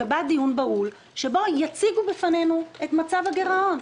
שבו יציגו בפנינו את מצב הגירעון.